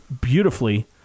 beautifully